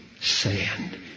sand